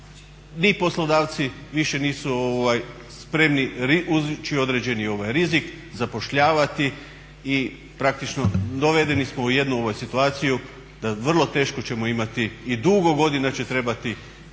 ni poslodavci više nisu spremni ući u određeni rizik zapošljavati i praktično dovedeni smo u jednu situaciju da vrlo teško ćemo imati i dugo godina će trebati